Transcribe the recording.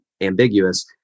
ambiguous